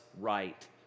right